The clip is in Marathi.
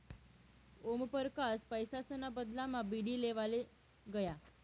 ओमपरकास पैसासना बदलामा बीडी लेवाले गया